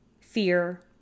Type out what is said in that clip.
fear